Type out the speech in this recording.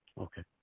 Okay